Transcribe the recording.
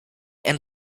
and